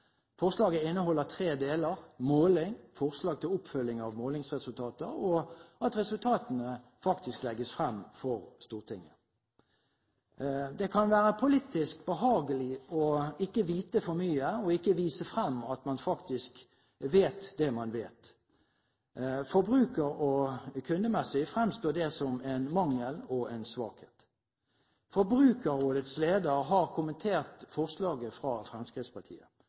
Forslaget inneholder tre deler: måling, forslag til oppfølging av målingsresultater og at resultatene faktisk legges frem for Stortinget. Det kan være politisk behagelig å ikke vite for mye og ikke vise frem at man faktisk vet det man vet. Forbruker- og kundemessig fremstår det som en mangel og en svakhet. Forbrukerrådets leder har kommentert forslaget fra Fremskrittspartiet.